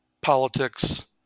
politics